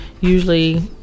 Usually